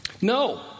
No